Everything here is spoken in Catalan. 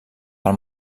pel